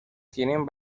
tienen